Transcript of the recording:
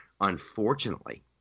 Unfortunately